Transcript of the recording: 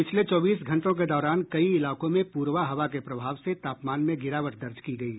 पिछले चौबीस घंटों के दौरान कई इलाकों में पूर्वा हवा के प्रभाव से तापमान में गिरावट दर्ज की गयी